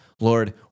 Lord